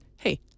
hey